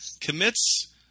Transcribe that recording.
commits